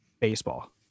baseball